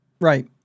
right